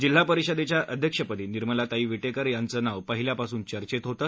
जिल्हा परिषदेच्या अध्यक्षपदी निर्मलाताई विटेकर यांचे नाव पहिल्यापासून चर्चेत होते